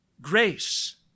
grace